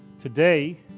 Today